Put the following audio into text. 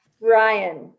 Ryan